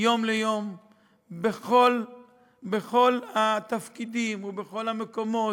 מיום ליום בכל התפקידים ובכל המקומות,